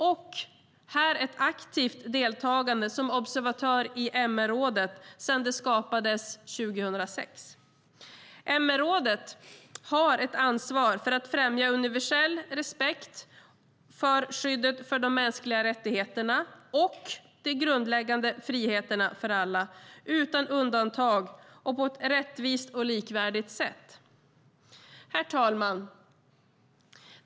Vi deltar aktivt som observatör i MR-rådet sedan det skapades 2006. MR-rådet har ett ansvar för att främja universell respekt för och skyddet av de mänskliga rättigheterna och de grundläggande friheterna för alla utan undantag på ett rättvist och likvärdigt sätt. Herr talman!